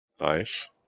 Nice